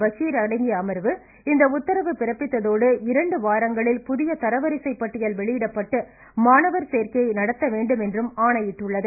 பஷீர் அகமது அடங்கிய அமர்வு இந்த உத்தரவை பிறப்பித்ததோடு இரண்டு வாரங்களில் புதிய தரவிசைப் பட்டியல் வெளியிடப்பட்டு மாணவர் சேர்க்கையை நடத்த வேண்டும் என்றும் ஆணையிட்டுள்ளது